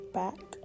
back